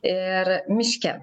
ir miške